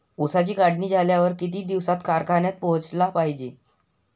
ऊसाची काढणी झाल्यावर किती दिवसात कारखान्यात पोहोचला पायजे?